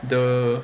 the